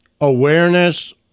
awareness